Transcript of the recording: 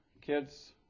kids